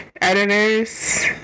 editors